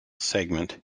segment